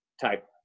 type